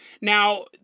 Now